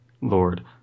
Lord